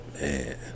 man